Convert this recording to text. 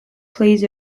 plays